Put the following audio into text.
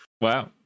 Wow